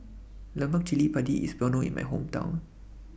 Lemak Cili Padi IS Well known in My Hometown